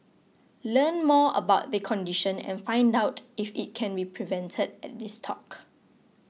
learn more about the condition and find out if it can be prevented at this talk